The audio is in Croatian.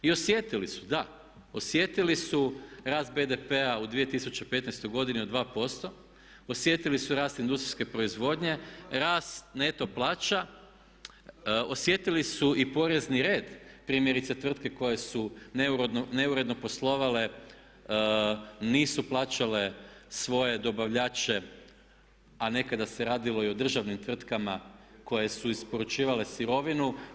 I osjetili su, da, osjetili su rast BDP-a u 2015. godini od 2%, osjetili su rast industrijske proizvodnje, rast neto plaća, osjetili su i porezni red primjerice tvrtke koje su neuredno poslovale nisu plaćale svoje dobavljače a nekada se radilo i o državnim tvrtkama koje su isporučivale sirovinu.